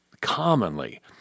commonly